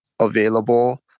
available